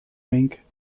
rink